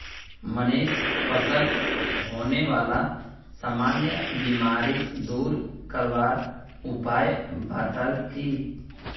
मनीष फलत होने बाला सामान्य बीमारिक दूर करवार उपाय बताल की